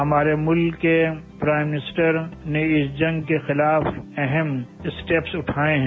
हमारे मुल्क के प्राइम मिनिस्टर ने इस जंग के खिलाफ अहम स्टेप्स उठाए हैं